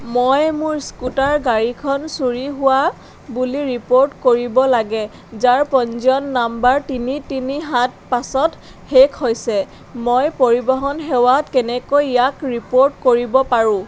মই মোৰ স্কুটাৰ গাড়ীখন চুৰি হোৱা বুলি ৰিপ'ৰ্ট কৰিব লাগে যাৰ পঞ্জীয়ন নাম্বাৰ তিনি তিনি সাত পাঁচত শেষ হৈছে মই পৰিৱহণ সেৱাত কেনেকৈ ইয়াক ৰিপ'ৰ্ট কৰিব পাৰোঁ